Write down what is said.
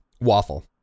Waffle